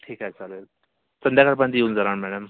ठीक आहे चालेल संध्याकाळपर्यंत येऊन जाणार मॅडम